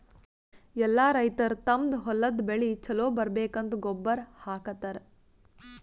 ಎಲ್ಲಾ ರೈತರ್ ತಮ್ಮ್ ಹೊಲದ್ ಬೆಳಿ ಛಲೋ ಬರ್ಬೇಕಂತ್ ಗೊಬ್ಬರ್ ಹಾಕತರ್